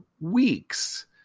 weeks